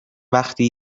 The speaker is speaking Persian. وقتی